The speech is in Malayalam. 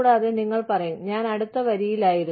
കൂടാതെ നിങ്ങൾ പറയും ഞാൻ അടുത്ത വരിയിലായിരുന്നു